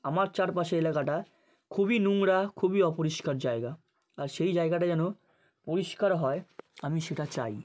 আমার চারপাশে এলাকাটা খুবই নোংরা খুবই অপরিষ্কার জায়গা আর সেই জায়গাটা যেন পরিষ্কার হয় আমি সেটা চাই